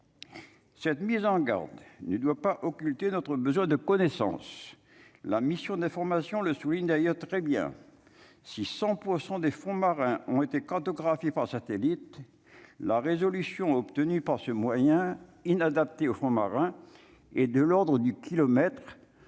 cette mise en garde ne doit pas occulter notre besoin de connaissances, la mission d'information, le souligne d'ailleurs très bien six 100 % des fonds marins ont été quant aux graphies par satellite, la résolution obtenue par ce moyen inadapté au fond marin et de l'Ordre du kilomètre,